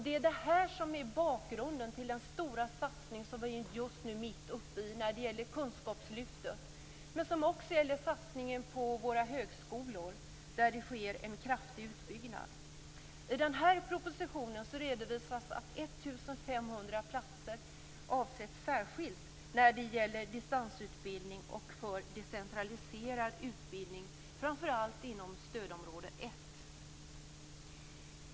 Det är detta som är bakgrunden till den stora satsning som vi just nu är mitt uppe i med kunskapslyftet men som också gäller satsningen på våra högskolor, där det sker en kraftig utbyggnad. I den här propositionen redovisas att 1 500 platser avsätts särskilt för distansutbildning och för decentraliserad utbildning framför allt inom stödområde 1.